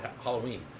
Halloween